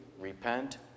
repent